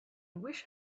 wish